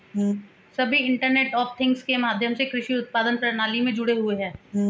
सभी internet of things के माध्यम से कृषि उत्पादन प्रणाली में जुड़े हुए हैं